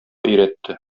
өйрәтте